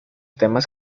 temas